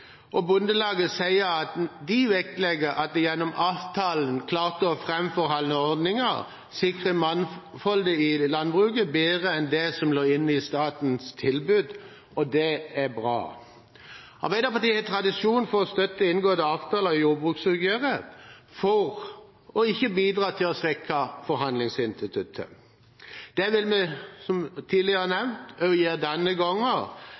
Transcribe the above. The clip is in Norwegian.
det. Bondelaget sier at de vektlegger at de gjennom avtalen klarte å framforhandle ordninger og sikre mangfoldet i landbruket bedre enn det som lå inne i statens tilbud, og det er bra. Arbeiderpartiet har tradisjon for å støtte inngåtte avtaler i jordbruksoppgjøret for ikke å bidra til å svekke forhandlingsinstituttet. Det vil vi, som tidligere nevnt, også gjøre denne gangen.